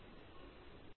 ధన్యవాదాలు